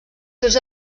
seus